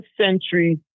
century